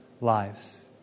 lives